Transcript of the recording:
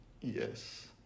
Yes